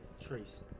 Trace